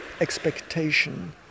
Expectation